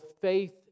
faith